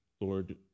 Lord